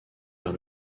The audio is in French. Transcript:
vers